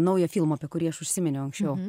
naujo filmo apie kurį aš užsiminiau anksčiau